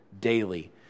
daily